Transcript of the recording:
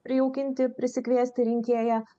prijaukinti prisikviesti rinkėją